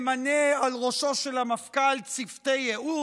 ממנה על ראשו של המפכ"ל צוותי ייעוץ,